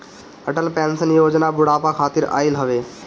Atal pension योजना बुढ़ापा खातिर आईल हवे